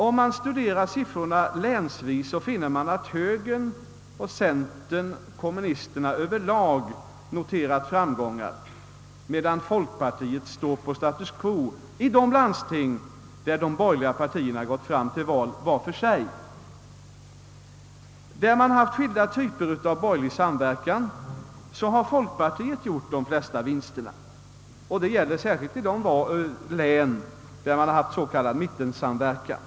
Om man studerar siffrorna länsvis finner man att högern, centerpartiet och kommunisterna över lag noterat fram gångar, medan folkpartiet står på status quo i de landsting där de borgerliga partierna har gått fram till val var för sig. Där man haft skilda typer av borgerlig samverkan har folkpartiet gjort de flesta vinsterna, och det gäller särskilt i de län där det förekommit s.k. mittensamverkan.